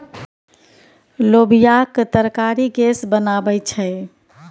लोबियाक तरकारी गैस बनाबै छै